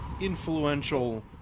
influential